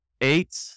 eight